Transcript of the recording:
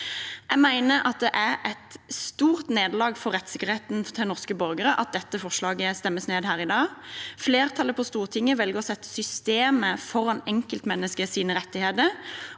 Jeg mener at det er et stort nederlag for rettssikkerheten til norske borgere at dette forslaget stemmes ned i dag. Flertallet på Stortinget velger å sette systemet foran enkeltmenneskers rettigheter.